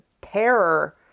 terror